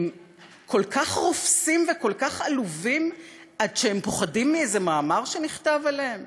הם כל כך רופסים וכל כך עלובים עד שהם פוחדים מאיזה מאמר שנכתב עליהם?